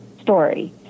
story